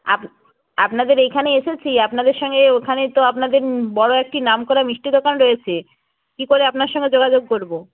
up আপনাদের এইখানে এসেছি আপনাদের সঙ্গে ওখানেই তো আপনাদের বড় একটি নামকরা মিষ্টির দোকান রয়েছে কী করে আপনার সঙ্গে যোগাযোগ করব